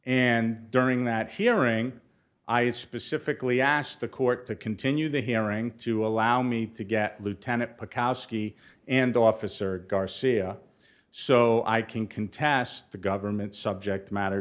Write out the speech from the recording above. and during that hearing i specifically asked the court to continue the hearing to allow me to get lieutenant put koski and officer garcia so i can contest the government subject matter